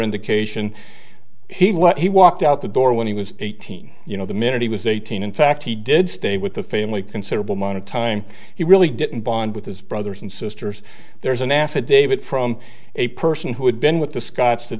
indication he what he walked out the door when he was eighteen you know the minute he was eighteen in fact he did stay with the family considerable amount of time he really didn't bond with his brothers and sisters there's an affidavit from a person who had been with the scot